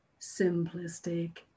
simplistic